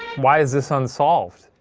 why is this unsolved?